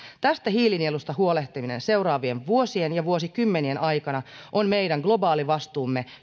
tästä hiilinielusta huolehtiminen seuraavien vuosien ja vuosikymmenien aikana on meidän globaali vastuumme